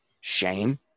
shame